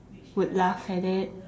would laugh at it